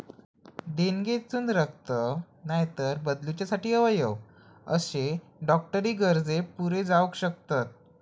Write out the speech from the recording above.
देणगेतसून रक्त, नायतर बदलूच्यासाठी अवयव अशे डॉक्टरी गरजे पुरे जावक शकतत